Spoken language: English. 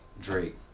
Drake